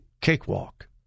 cakewalk